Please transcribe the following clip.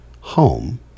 home